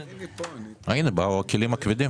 הנה, באו הכלים הכבדים.